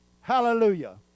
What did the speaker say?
Hallelujah